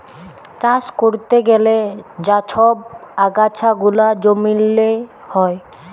চাষ ক্যরতে গ্যালে যা ছব আগাছা গুলা জমিল্লে হ্যয়